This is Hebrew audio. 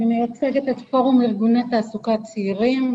אני מייצגת את פורום ארגוני התעסוקה הצעירים.